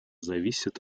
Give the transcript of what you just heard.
зависит